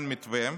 אין מתווה.